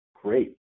great